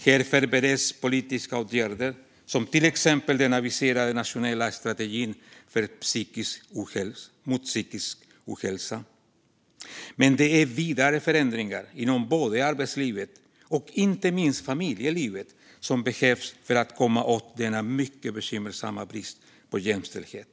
Här förbereds politiska åtgärder, till exempel den aviserade nationella strategin för psykisk hälsa, men det är vidare förändringar inom både arbetslivet och inte minst familjelivet som behövs för att komma åt denna mycket bekymmersamma brist på jämställdhet.